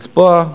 לצבוע?